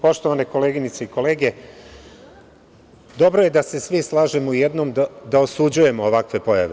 Poštovane koleginice i kolege, dobro je da se svi slažemo u jednom da osuđujemo ovakve pojave.